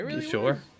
sure